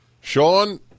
Sean